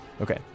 Okay